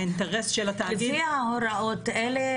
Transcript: האינטרס של התאגיד --- לפי ההוראות אלה